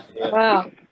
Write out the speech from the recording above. Wow